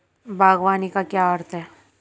बागवानी का क्या अर्थ है?